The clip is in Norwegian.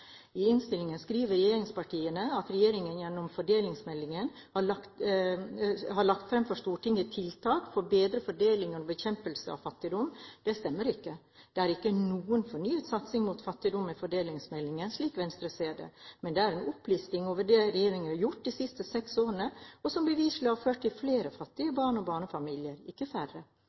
I innstillingen skriver regjeringspartiene at regjeringen gjennom fordelingsmeldingen har lagt fram for Stortinget tiltak for bedre fordeling og bekjempelse av fattigdom. Det stemmer ikke. Det er ikke noen fornyet satsing mot fattigdom i fordelingsmeldingen, slik Venstre ser det, men det er en opplisting over det regjeringen har gjort de siste seks årene, og som beviselig har ført til flere fattige barn og barnefamilier – ikke færre.